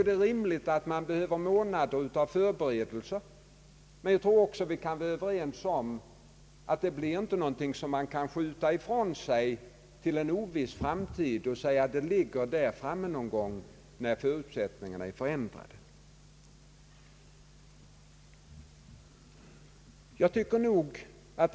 Det är rimligt med månader av förberedelser, men jag tror vi kan vara överens om att det inte är någonting som man kan skjuta ifrån sig till en oviss framtid och hoppas att förutsättningarna då skall vara förändrade.